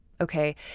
Okay